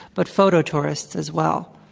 but photo tourists as well.